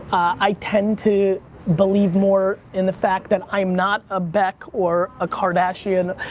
i tend to believe more in the fact that i'm not a beck or a kardashian,